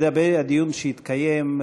לגבי הדיון שהתקיים,